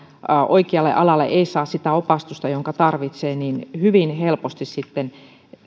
oikealle alalle ei saa sitä opastusta jonka tarvitsee niin hyvin helposti